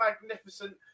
magnificent